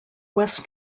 west